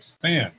expand